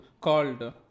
called